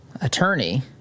attorney